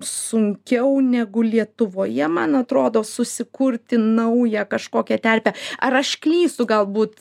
sunkiau negu lietuvoje man atrodo susikurti naują kažkokią terpę ar aš klystu galbūt